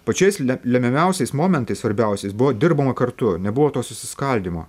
pačiais lememiausiais momentais svarbiausiais buvo dirbama kartu nebuvo to susiskaldymo